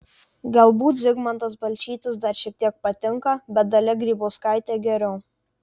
galbūt zigmantas balčytis dar šiek tiek patinka bet dalia grybauskaitė geriau